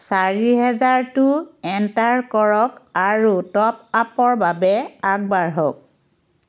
চাৰিহেজাৰটো enter কৰক আৰু top আপৰ বাবে আগবাঢ়ক